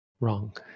wrong